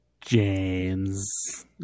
James